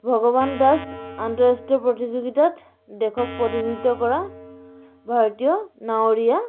ভগৱান দাস আন্তঃৰাষ্ট্ৰীয় প্ৰতিযোগিতাত দেশক প্ৰতিনিধিত্ব কৰা ভাৰতীয় নাৱৰীয়া